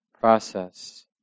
process